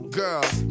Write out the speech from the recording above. girls